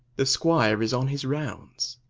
the squire is on his rounds.